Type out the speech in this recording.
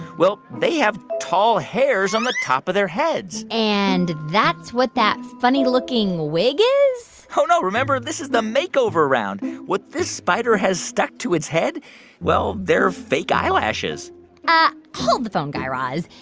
well, they have tall hairs on the top of their heads and that's what that funny-looking wig is? oh, no. remember? this is the makeover round. what this spider has stuck to its head well, they're fake eyelashes ah hold the phone, guy raz.